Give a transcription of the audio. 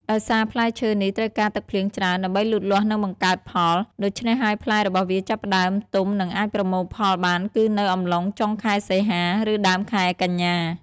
ដោយសារផ្លែឈើនេះត្រូវការទឹកភ្លៀងច្រើនដើម្បីលូតលាស់និងបង្កើតផល ដូច្នេះហើយផ្លែរបស់វាចាប់ផ្ដើមទុំនិងអាចប្រមូលផលបានគឺនៅអំឡុង ចុងខែសីហា ឬដើមខែកញ្ញា។